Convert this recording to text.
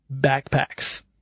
backpacks